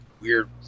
weird